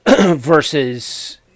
versus